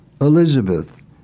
Elizabeth